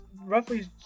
roughly